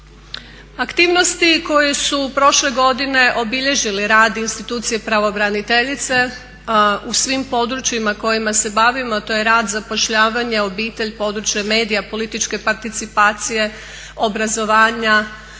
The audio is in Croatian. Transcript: Aktivnosti koje su prošle godine obilježile rad institucije pravobraniteljice u svim područjima kojima se bavimo a to je rad, zapošljavanje, obitelj, područje medija, političke participacije, obrazovanja